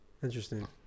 Interesting